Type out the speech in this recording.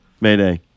Mayday